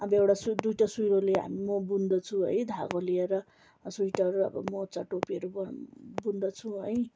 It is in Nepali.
अब एउटा सु दुइटा सुइरोले हाम मो बुन्दछु है धागो लिएर सुइटर अब मोजा टोपीहरू ब बुन्दछु है